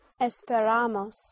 Esperamos